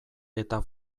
eta